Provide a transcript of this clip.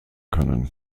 können